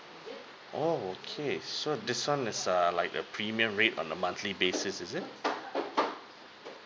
oh okay so this one is a like a premium rate on a monthly basis is it